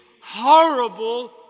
horrible